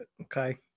okay